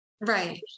Right